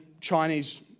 Chinese